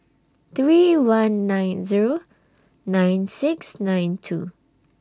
three one nine Zero nine six nine two